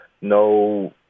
no